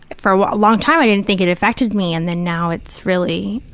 for a long time i didn't think it affected me, and then now it's really